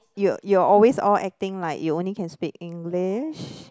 you you always all acting like you only can speak English